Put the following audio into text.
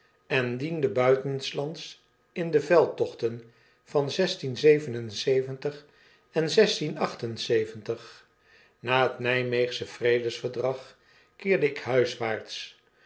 en diende buitenslands in de veldtochten van en na het nijmeegsche vredesverdrag keerde ik huiswaarts